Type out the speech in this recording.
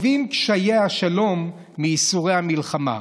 טובים קשיי השלום מייסורי המלחמה.